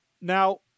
Now